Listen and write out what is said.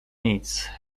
nic